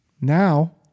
Now